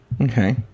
Okay